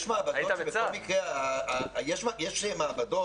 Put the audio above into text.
יש מעבדות